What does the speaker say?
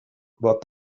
what